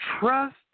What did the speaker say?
Trust